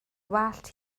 wallt